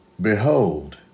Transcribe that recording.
behold